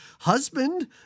husband